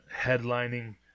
headlining